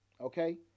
Okay